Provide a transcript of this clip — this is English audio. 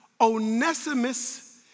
Onesimus